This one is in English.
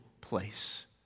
place